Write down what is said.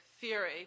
theory